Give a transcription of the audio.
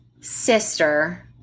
sister